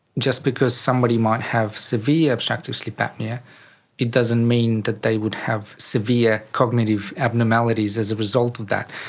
just because somebody might have severe obstructive sleep apnoea it doesn't mean that they would have severe cognitive abnormalities as a result of that.